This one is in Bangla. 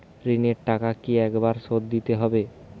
ঋণের টাকা কি একবার শোধ দিতে হবে?